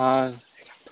हाँ